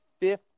fifth